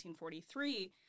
1943